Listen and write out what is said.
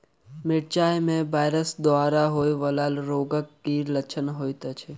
मिरचाई मे वायरस द्वारा होइ वला रोगक की लक्षण अछि?